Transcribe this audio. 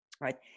right